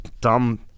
dumb